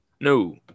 No